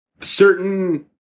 Certain